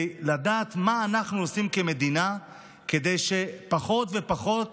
לדעת מה אנחנו עושים כמדינה כדי שפחות ופחות